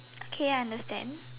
okay I understand